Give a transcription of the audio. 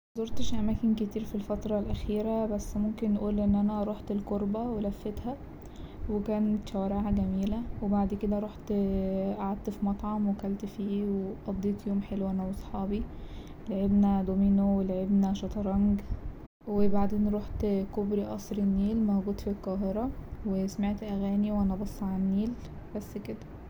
مزورتش أماكن كتير في الفترة الأخيرة بس ممكن نقول إن أنا روحت الكوربه ولفيتها وكانت شوارعها جميلة وبعد كده روحت قعدت في مطعم وكلت فيه وقضيت يوم حلو أنا وصحابي لعبنا دومينو ولعبنا شطرنج وبعدين روحت كوبري قصر النيل موجود في القاهرة وسمعت أغاني وأنا باصه على النيل بس كده.